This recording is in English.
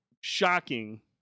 shocking